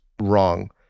wrong